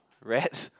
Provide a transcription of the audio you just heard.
rats